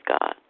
God